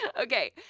okay